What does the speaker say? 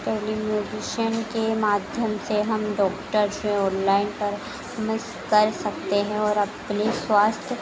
telemedicine के माध्यम से हम डॉक्टर से ऑनलाइन परामर्श कर सकते हैं और अपने स्वास्थ्य